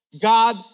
God